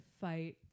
fight